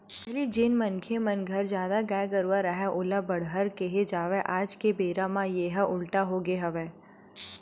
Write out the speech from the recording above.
पहिली जेन मनखे मन घर जादा गाय गरूवा राहय ओला बड़हर केहे जावय आज के बेरा म येहा उल्टा होगे हवय